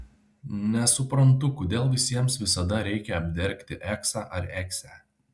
nesuprantu kodėl visiems visada reikia apdergti eksą ar eksę